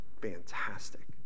fantastic